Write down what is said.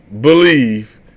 believe